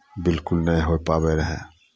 बिलकुल नहि होय पाबैत रहै